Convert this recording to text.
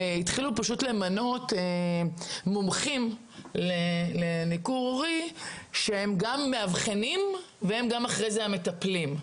התחילו למנות מומחים לניכור הורי שהם גם מאבחנים וגם מטפלים.